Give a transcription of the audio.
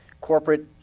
corporate